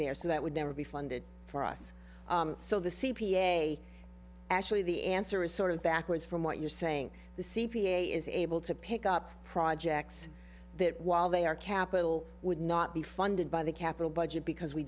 there so that would never be funded for us so the c p a actually the answer is sort of backwards from what you're saying the c p a is able to pick up projects that while they are capital would not be funded by the capital budget because we